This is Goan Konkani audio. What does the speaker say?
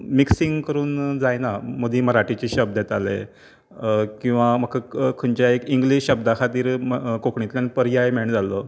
मिक्सिंग करून जायना मदीं मराठाचे शब्द येताले किंवां म्हाका खंयचेय इंग्लीश शब्दा खातीर कोंकणीतल्यान पर्याय मेळना जालो